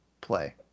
play